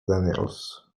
daniels